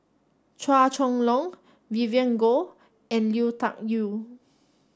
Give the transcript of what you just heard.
Chua Chong Long Vivien Goh and Lui Tuck Yew